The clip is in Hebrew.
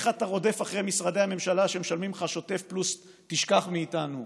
איך אתה רודף אחרי משרדי הממשלה שמשלמים לך שוטף פלוס תשכח מאיתנו,